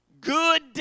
good